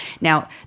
Now